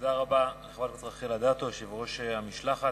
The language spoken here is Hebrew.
תודה רבה לחברת הכנסת רחל אדטו, יושבת-ראש המשלחת.